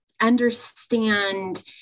understand